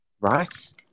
Right